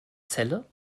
celle